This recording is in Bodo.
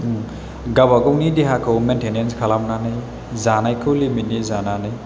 गाबा गावनि देहाखौ मेन्टेनेन्स खालामनानै जानायखौ लिमिटनि जानानै